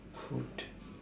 food